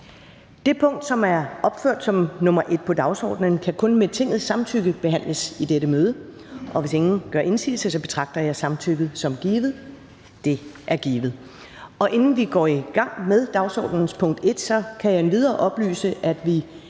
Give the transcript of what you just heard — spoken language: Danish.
Det punkt, som er opført som nr. 1 på dagsordenen, kan kun med Tingets samtykke behandles i dette møde. Hvis ingen gør indsigelse, betragter jeg samtykket som givet. Det er givet. Kl. 13:01 Meddelelser fra formanden Første